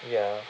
ya